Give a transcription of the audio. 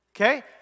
okay